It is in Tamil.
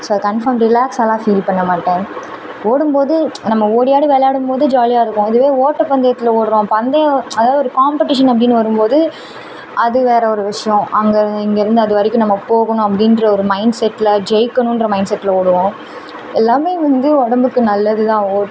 ஸோ அது கன்ஃபாம் ரிலாக்ஸ்ஸெலாம் ஃபீல் பண்ணமாட்டேன் ஓடும் போது நம்ம ஓடி ஆடி விளையாடும் போது ஜாலியாக இருக்கும் இதுவே ஓட்டப்பந்தையத்தில் ஓடுறோம் பந்தயம் அதாவது ஒரு காம்பட்டிஷன் அப்படின்னு வரும் போது அது வேறு ஒரு விஷயம் அங்கே இங்கேருந்து அது வரைக்கும் நம்ம போகணும் அப்படின்ற ஒரு மைண்ட்செட்டில் ஜெயிக்கணும்ற மைண்ட்செட்டில் ஓடுவோம் எல்லாமே வந்து உடம்புக்கு நல்லது தான் ஓட்